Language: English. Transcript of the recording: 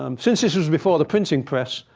um since this was before the printing press,